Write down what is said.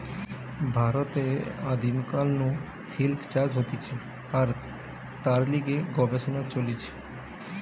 ভারতে আদিম কাল নু সিল্ক চাষ হতিছে আর তার লিগে গবেষণা চলিছে